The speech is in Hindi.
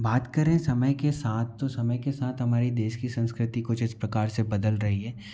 बात करें समय के साठ तो समय के साथ हमारी देश की संस्कृति कुछ इस प्रकार से बदल रही है